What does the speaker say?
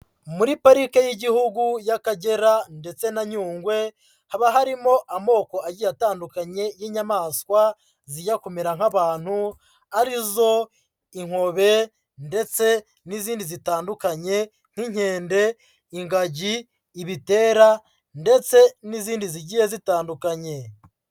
Muri parike y'Igihugu y'Akagera ndetse na Nyungwe, haba harimo amoko agiye atandukanye y'inyamaswa, zijya kumera nk'abantu arizo: inkobe ndetse n'izindi zitandukanye nk'inkende, ingagi, ibitera ndetse n'izindi zigiye zitandukanye.